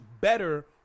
better